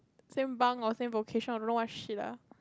same bang or same vocation I don't know what shit lah